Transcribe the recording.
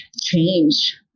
change